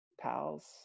pals